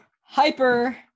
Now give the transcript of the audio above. Hyper